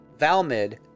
Valmid